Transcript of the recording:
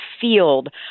field